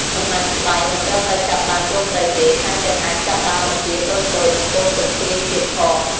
សំណាញ់ស្បៃ មិនត្រឹមតែចាប់បានកូនត្រីទេ ថែមទាំងអាចចាប់បានបង្គាតូចៗ និងកូនកន្ធាយទៀតផង។